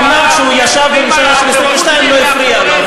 אומנם כשהוא ישב בממשלה של 22 זה לא הפריע לו,